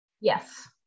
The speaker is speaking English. Yes